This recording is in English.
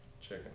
Chicken